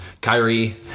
Kyrie